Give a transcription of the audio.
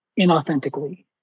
inauthentically